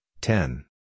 ten